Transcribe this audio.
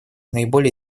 наиболее